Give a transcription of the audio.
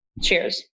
cheers